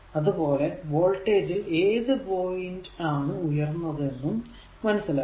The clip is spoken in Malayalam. അത് പോലെ വോൾടേജ് ൽ ഏതു പോയിന്റ് ആണ് ഉയർന്നത് എന്നും മനസ്സിലാക്കി